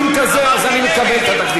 שמה?